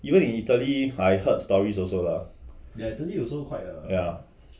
even in italy I heard stories also lah ya